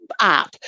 app